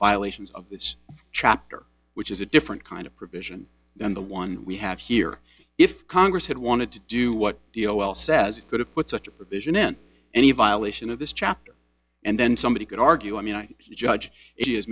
violations of this chapter which is a different kind of provision than the one we have here if congress had wanted to do what you know well says it could have put such a provision in any violation of this chapter and then somebody could argue i mean i judge i